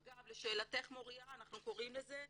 אגב, לשאלתך מוריה, אנחנו קוראים לזה,